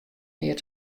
neat